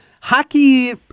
hockey